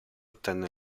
ottenne